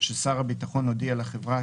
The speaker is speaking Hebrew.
ששר הביטחון הודיע לחברה,